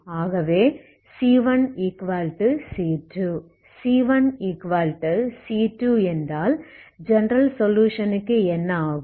c1c2என்றால் general solution க்கு என்ன ஆகும்